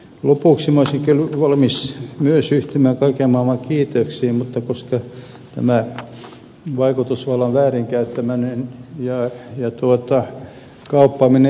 lopuksi minä olisin valmis myös yhtymään kaiken maailman kiitoksiin mutta kun tämä vaikutusvallan väärinkäyttämisen ja kauppaamisen kriminalisointi edelleen on auki